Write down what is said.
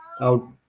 out